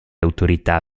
autorità